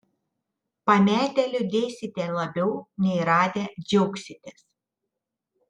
pametę liūdėsite labiau nei radę džiaugsitės